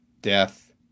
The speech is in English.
death